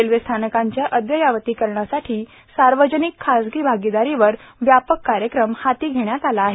railway स्थानकांच्या अद्ययावती करणासाठी सार्वजनिक खाजगी भागीदारीवर व्यापक कार्यक्रम हाती घेण्यात आला आहे